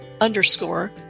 underscore